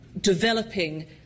developing